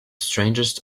strangest